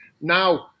now